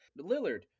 Lillard